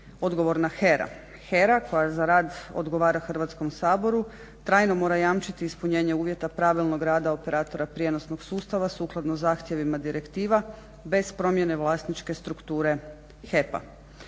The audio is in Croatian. odgovorna HERA. HERA koja za rad odgovara Hrvatskom saboru trajno mora jamčiti ispunjenje uvjeta pravilnog rada operatora prijenosnog sustava sukladno zahtjevima direktiva bez promjene vlasničke strukture HEP-a.